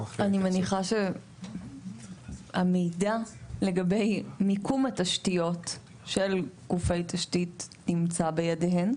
אני מניחה שהמידע לגבי מיקום התשתיות של גופי תשתית נמצא בידיהן.